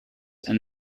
and